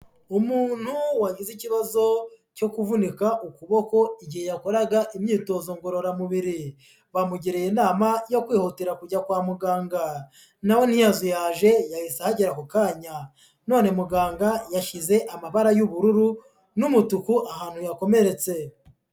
Umuntu wagize ikibazo cyo kuvunika ukuboko igihe yakoraga imyitozo ngororamubiri, bamugiriye inama yo kwihutira kujya kwa muganga, naho ntiyazuyaje yahise agera ako kanya none muganga yashyize amabara y'ubururu n'umutuku ahantu yakomeretse.